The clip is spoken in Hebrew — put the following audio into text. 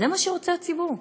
זה מה שרוצה הציבור.